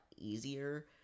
easier